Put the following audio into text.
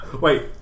Wait